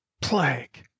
plague